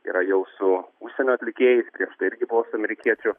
yra jau su užsienio atlikėjais ir irgi buvo su amerikiečiu